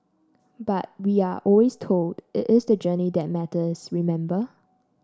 but we are always told it is the journey that matters remember